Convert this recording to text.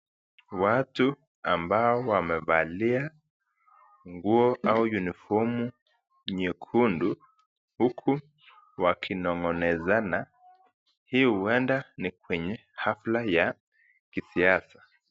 Watu ambao wamevalia nguo au uniform nyekundu uku wakinongonezana. Hii ueda ni kwenye hafla ya kisiasa.